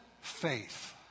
faith